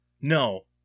No